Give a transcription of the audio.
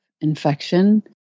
infection